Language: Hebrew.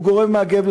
גורם מעכב,